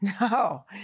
No